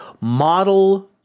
model